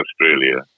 Australia